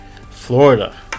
Florida